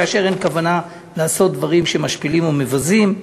כאשר אין כוונה לעשות דברים שמשפילים או מבזים.